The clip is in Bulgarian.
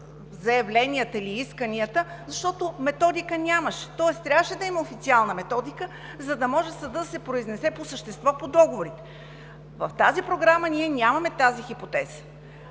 заявленията или исканията, защото методика нямаше. Тоест трябваше да има официална методика, за да може съдът да се произнесе по същество по договорите. В тази програма ние нямаме тази хипотеза,